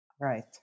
right